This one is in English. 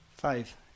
Five